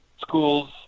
schools